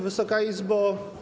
Wysoka Izbo!